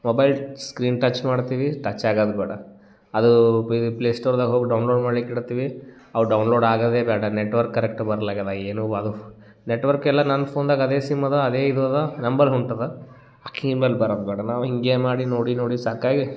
mobile screen touch ಮಾಡ್ತೀವಿ ಟಚ್ಚೇ ಆಗೋದ್ ಬೇಡ ಅದು ಪ್ಲೇಸ್ಟೋರ್ದಾಗ ಹೋಗಿ ಡೌನ್ಲೋಡ್ ಮಾಡ್ಲಿಕ್ಕೆ ಇಡ್ತೀವಿ ಅವು ಡೌನ್ಲೋಡ್ ಆಗೋದೇ ಬೇಡ ನೆಟ್ವರ್ಕ್ ಕರೆಕ್ಟ್ ಬರಲ್ಲಾಗ್ಯದ ಏನೂ ಅದು ನೆಟ್ವರ್ಕ್ ಎಲ್ಲ ನನ್ನ ಫೋನ್ದಾಗ ಅದೇ ಸಿಮ್ ಅದ ಅದೇ ಇದು ಅದ ನಂಬರ್ ಹೊಂಟದ ಆಕೆ ಇಮೇಲ್ ಬರೋದ್ ಬೇಡ ನಾವು ಹೀಗೆ ಮಾಡಿ ನೋಡಿ ನೋಡಿ ಸಾಕಾಗಿ